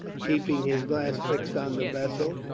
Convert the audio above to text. keeping his glass fixed on the vessel.